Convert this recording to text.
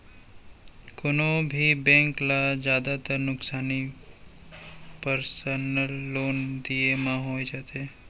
कोनों भी बेंक ल जादातर नुकसानी पर्सनल लोन दिये म हो जाथे